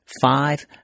Five